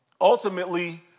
ultimately